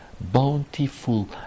Bountiful